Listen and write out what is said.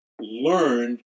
learned